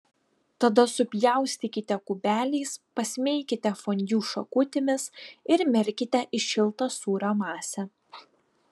tada supjaustykite kubeliais pasmeikite fondiu šakutėmis ir merkite į šiltą sūrio masę